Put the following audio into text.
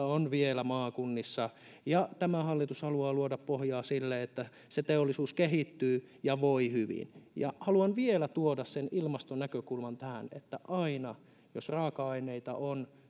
on maakunnissa ja tämä hallitus haluaa luoda pohjaa sille että se teollisuus kehittyy ja voi hyvin ja haluan vielä tuoda sen ilmastonäkökulman tähän että aina jos raaka aineita on